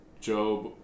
Job